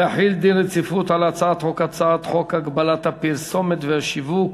בקשתה להחיל דין רציפות על הצעת חוק הגבלת הפרסומת והשיווק